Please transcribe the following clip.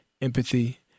empathy